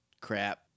crap